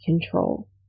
control